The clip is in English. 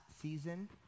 season